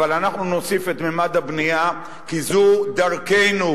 אבל אנחנו נוסיף את ממד הבנייה כי זו דרכנו,